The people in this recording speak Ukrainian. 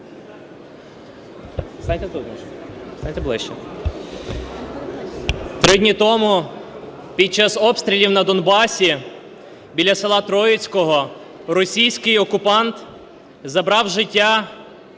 ЛОЗИНСЬКИЙ Р.М. Три дні тому під час обстрілів на Донбасі біля села Троїцького російський окупант забрав життя